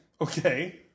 Okay